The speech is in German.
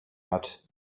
hat